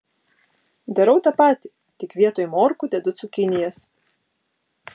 darau tą patį tik vietoj morkų dedu cukinijas